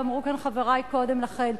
ואמרו כאן חברי קודם לכן,